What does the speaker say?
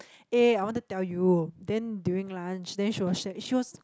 eh I want to tell you then during lunch then she was sha~ she was